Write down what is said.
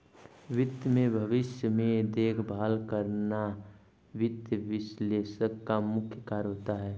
वित्त के भविष्य में देखभाल करना वित्त विश्लेषक का मुख्य कार्य होता है